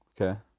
Okay